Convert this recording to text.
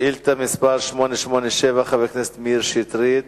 חבר הכנסת אורי אריאל